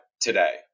today